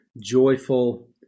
joyful